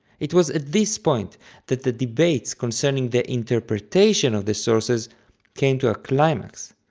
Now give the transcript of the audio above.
it was at this point that the debates concerning the interpretation of the sources came to a climax,